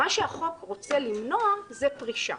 מה שהחוק רוצה למנוע זה פרישה.